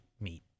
meet